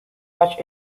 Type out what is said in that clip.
much